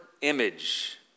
image